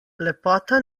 lepota